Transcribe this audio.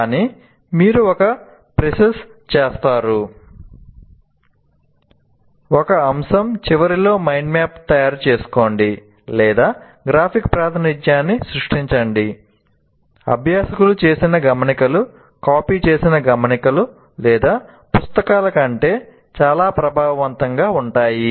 గాని మీరు ఒక ప్రిసిస్ చేస్తారు ఒక అంశం చివరలో మైండ్ మ్యాప్ తయారు చేసుకోండి లేదా గ్రాఫిక్ ప్రాతినిధ్యాన్ని సృష్టించండి అభ్యాసకులు చేసిన గమనికలు కాపీ చేసిన గమనికలు లేదా పుస్తకాల కంటే చాలా ప్రభావవంతంగా ఉంటాయి